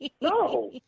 No